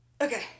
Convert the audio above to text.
Okay